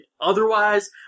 Otherwise